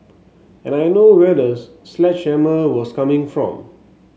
and I know where the sledgehammer was coming from